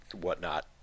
whatnot